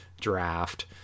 draft